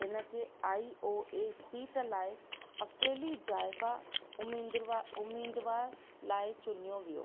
हिन खे आई ओ ए सीट लाइ अकेली ज़ाइफ़ा उमींद्रवा उमीदवार लाइ चुनियो वियो